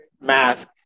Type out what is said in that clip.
mask